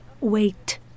Wait